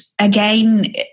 again